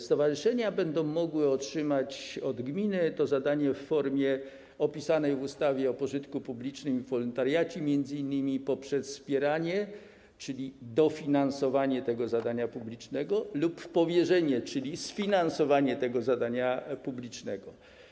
Stowarzyszenia będą mogły otrzymać od gminy to zadanie w formie opisanej w ustawie o pożytku publicznym i wolontariacie, m.in. poprzez wspieranie, czyli dofinansowanie, tego zadania publicznego lub powierzenie, czyli sfinansowanie, tego zadania publicznego.